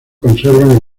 conservan